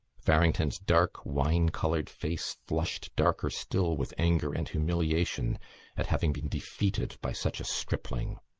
farrington's dark wine-coloured face flushed darker still with anger and humiliation at having been defeated by such a stripling.